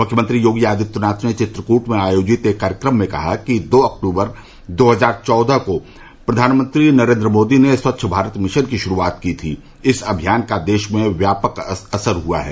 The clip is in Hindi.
मुख्यमंत्री योगी आदित्यनाथ ने चित्रकूट में आयोजित एक कार्यक्रम में कहा कि दो अक्टूबर दो हजार चौदह को प्रधानमंत्री नरेन्द्र मोदी ने स्वच्छ भारत मिशन की शुरूआत की थी इस अभियान का देश में व्यापक असर हुआ है